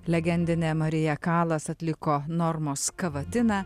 legendinė marija kalas atliko normos kavatiną